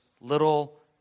little